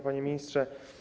Panie Ministrze!